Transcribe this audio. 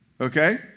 Okay